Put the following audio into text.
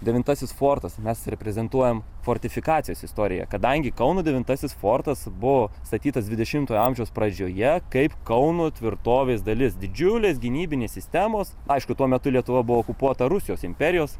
devintasis fortas mes reprezentuojame fortifikacijos istoriją kadangi kauno devintasis fortas buvo statytas dvidešimtojo amžiaus pradžioje kaip kauno tvirtovės dalis didžiulės gynybinės sistemos aišku tuo metu lietuva buvo okupuota rusijos imperijos